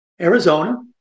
Arizona